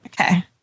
Okay